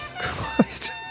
Christ